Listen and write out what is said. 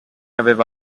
aveva